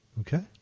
Okay